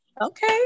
Okay